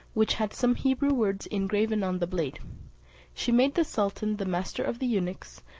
which had some hebrew words engraven on the blade she made the sultan, the master of the eunuchs,